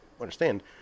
understand